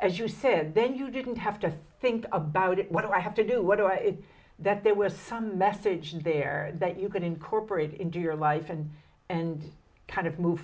as you said then you didn't have to think about it what do i have to do what do i that there was some message there that you could incorporate into your life and and kind of move